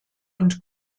und